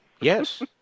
Yes